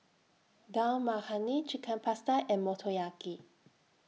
Dal Makhani Chicken Pasta and Motoyaki